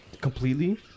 Completely